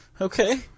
Okay